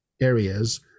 areas